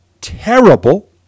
terrible